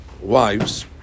wives